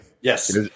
Yes